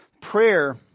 Prayer